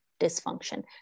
dysfunction